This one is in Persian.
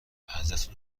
ازتون